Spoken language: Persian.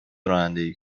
رانندگی